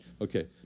Okay